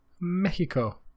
Mexico